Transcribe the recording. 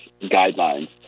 guidelines